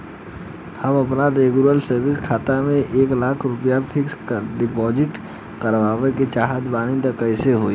हम आपन regular saving खाता से एक लाख रुपया फिक्स डिपॉज़िट करवावे के चाहत बानी त कैसे होई?